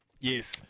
Yes